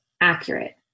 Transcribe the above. accurate